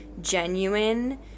genuine